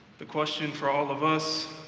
the question for all of us,